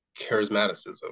charismaticism